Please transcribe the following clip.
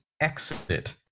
exit